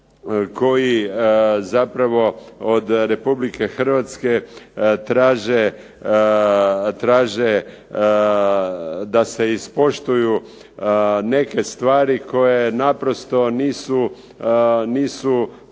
koji zapravo od Republike Hrvatske traže da se ispoštuju neke stvari koje naprosto nisu